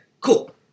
cool